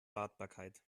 wartbarkeit